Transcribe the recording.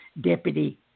Deputy